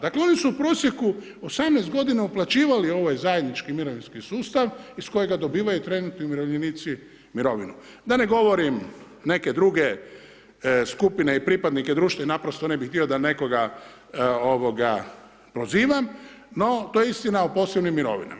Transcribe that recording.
Dakle, oni su u prosjeku 18 godina uplaćivali ovaj zajednički mirovinski sustav iz kojega dobivaju trenutni umirovljenici mirovinu, da ne govorim neke druge skupine i pripadnike društva, jer naprosto ne bi htio da nekoga prozivam, no, to je istina o posebnim mirovinama.